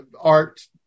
Art